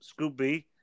Scooby